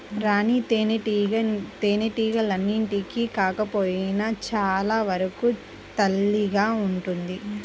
రాణి తేనెటీగ తేనెటీగలన్నింటికి కాకపోయినా చాలా వరకు తల్లిగా ఉంటుంది